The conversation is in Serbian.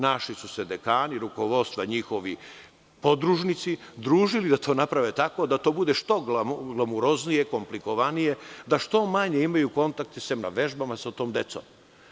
Naši su se dekani, rukovodstva, njihovi podružnici družili da to naprave tako, da to bude što glamuroznije, komplikovanije, da što manje imaju kontakte, sem na vežbama, sa tom decom.